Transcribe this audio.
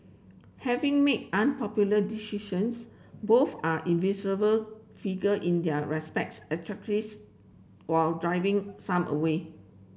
having made unpopular decisions both are figure in their respects while driving some away